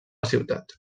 ciutat